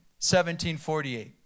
1748